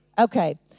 Okay